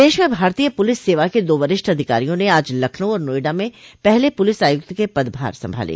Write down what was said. प्रदेश में भारतीय पुलिस सेवा के दो वरिष्ठ अधिकारियों ने आज लखनऊ और नोएडा में पहले प्रलिस आयुक्त के पदभार संभाले